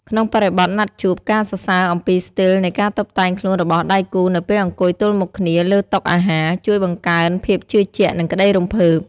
ក្នុងបរិបទណាត់ជួប ការសរសើរអំពីស្ទីលនៃការតុបតែងខ្លួនរបស់ដៃគូនៅពេលអង្គុយទល់មុខគ្នាលើតុអាហារ ជួយបង្កើនភាពជឿជាក់ និងក្ដីរំភើប។